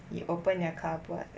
you open a cardboard